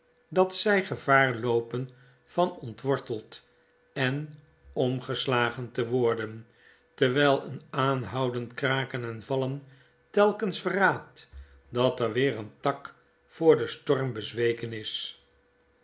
dat zfl gevaar loopen van ontworteld en omgeslagen te worden terwfll een aanhoudend kraken en vallen telken verraadt dater weer een tak voor den storm bezweken is